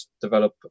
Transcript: develop